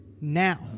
Now